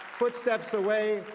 footsteps away,